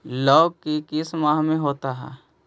लव की किस माह में होता है?